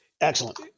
Excellent